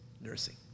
nursing